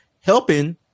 helping